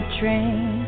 train